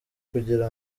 kugira